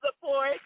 support